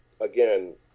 again